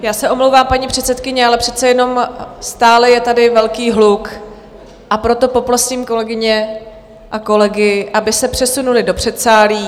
Já se omlouvám, paní předsedkyně, ale přece jenom stále je tady velký hluk, a proto poprosím kolegyně a kolegy, aby se přesunuli do předsálí.